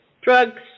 drugs